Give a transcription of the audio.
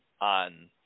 on